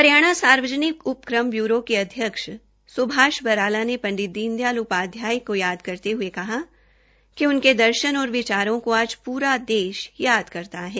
हरियाणा सार्वजकिन उपक्रम ब्यूरो के अध्यक्ष सुभाष बराला ने पंडित दीन दयाल उपाध्याय को याद करते हये कहा कि उनके दर्शन और विचारों को आज पूरा देश याद करता है